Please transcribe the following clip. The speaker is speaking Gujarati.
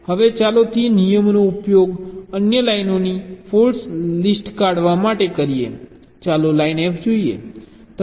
હવે ચાલો તે નિયમોનો ઉપયોગ અન્ય લાઈનોની ફોલ્ટ લિસ્ટ કાઢવા માટે કરીએ ચાલો લાઇન F જોઈએ